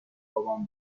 بابام